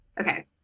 Okay